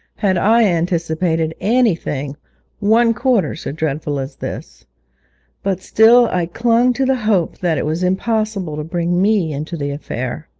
had i anticipated anything one quarter so dreadful as this but still i clung to the hope that it was impossible to bring me into the affair.